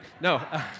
No